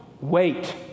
wait